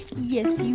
yes, you